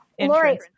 Lori